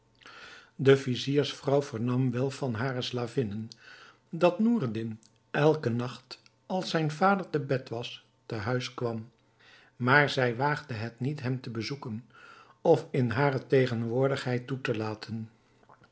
de viziersvrouw vernam wel van hare slavinnen dat noureddin elken nacht als zijn vader te bed was te huis kwam maar zij waagde het niet hem te bezoeken of in hare tegenwoordigheid toe te laten